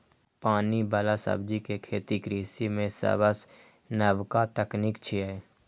पानि बला सब्जी के खेती कृषि मे सबसं नबका तकनीक छियै